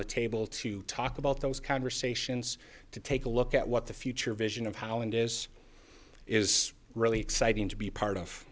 the table to talk about those conversations to take a look at what the future vision of how it is is really exciting to be part of